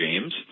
James